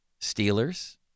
Steelers